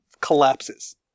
collapses